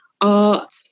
art